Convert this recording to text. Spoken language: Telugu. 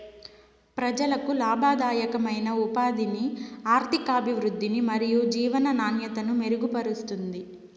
ప్రజలకు లాభదాయకమైన ఉపాధిని, ఆర్థికాభివృద్ధిని మరియు జీవన నాణ్యతను మెరుగుపరుస్తుంది